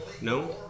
No